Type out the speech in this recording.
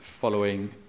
following